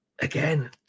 again